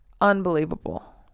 Unbelievable